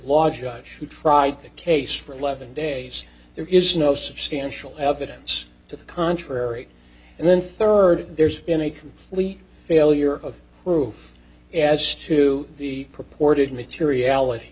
who tried the case for eleven days there is no substantial evidence to the contrary and then third there's been a complete failure of proof as to the purported materiality